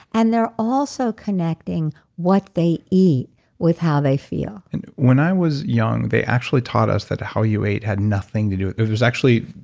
and they're also connecting what they eat with how they feel. and when i was young, they actually taught us that how you ate had nothing to do. it it was actually.